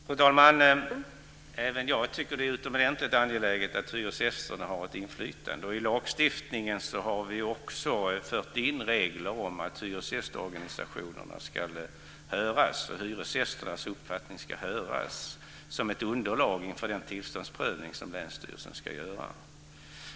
Fru talman! Även jag tycker att det är utomordentligt angeläget att hyresgästerna har ett inflytande. I lagstiftningen har vi också fört in regler om att hyresgästorganisationernas och hyresgästernas uppfattningar ska höras som ett underlag inför den tillståndsprövning som länsstyrelsen ska göra.